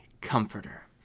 Comforter